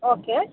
okay